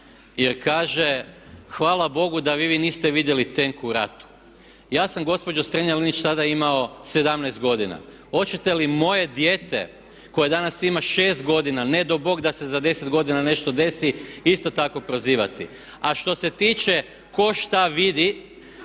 jer kaže hvala Bogu da vi niste vidjeli tenk u ratu. Ja sam gospođo Strenja-Linić tada imao 17 godina. Hoćete li moje dijete koje danas ima 6 godina, ne dao Bog da se za 10 godina nešto desi isto tako prozivati? A što se tiče tko šta vidi,